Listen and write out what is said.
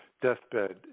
deathbed